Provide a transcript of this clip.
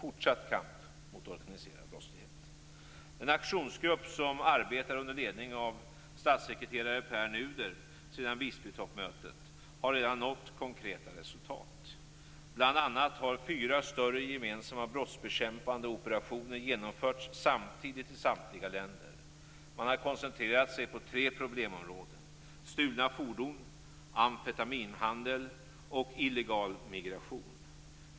Den aktionsgrupp som arbetar under ledning av statssekreterare Pär Nuder sedan Visbytoppmötet har redan nått konkreta resultat. Bl.a. har fyra större gemensamma brottsbekämpande operationer genomförts samtidigt i samtliga länder. Man har koncentrerat sig på tre problemområden, nämligen stulna fordon, amfetaminhandel och illegal migration.